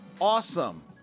awesome